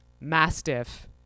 mastiff